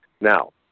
Now